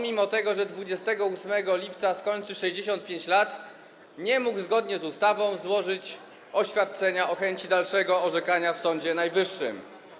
Mimo że 28 lipca skończy 65 lat, nie mógł zgodnie z ustawą złożyć oświadczenia o chęci dalszego orzekania w Sądzie Najwyższym.